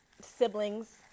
siblings